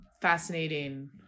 fascinating